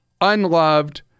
unloved